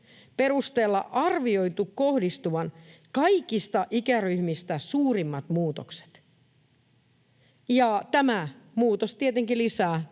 perusteella arvioitu kohdistuvan kaikista ikäryhmistä suurimmat muutokset. Tämä muutos tietenkin lisää